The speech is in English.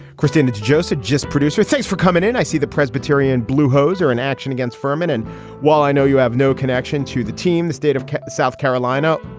christine and joseph gist, producer, thanks for coming in. i see the presbyterian blue hoser in action against ferman. and while i know you have no connection to the team, the state of south carolina,